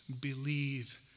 believe